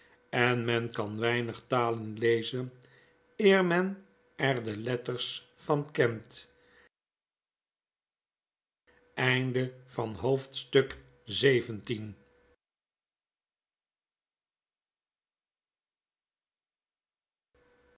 en men kanweinig talen lezen eer men er de letters van kent